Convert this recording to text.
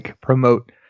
promote